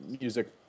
music